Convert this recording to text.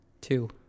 two